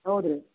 ಹೌದ್ ರೀ